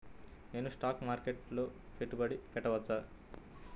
నేను స్టాక్ మార్కెట్లో పెట్టుబడి పెట్టవచ్చా?